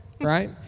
Right